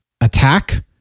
attack